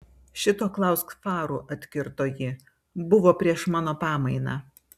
šito klausk farų atkirto ji buvo prieš mano pamainą